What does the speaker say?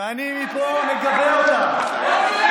ואני מפה מגבה אותם.